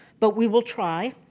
but we will try.